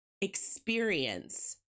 experience